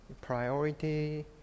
priority